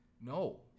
no